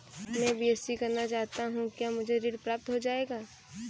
मैं बीएससी करना चाहता हूँ क्या मुझे ऋण प्राप्त हो जाएगा?